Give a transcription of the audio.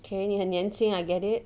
K 你很年轻 I get it